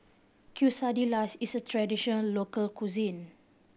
quesadillas is a traditional local cuisine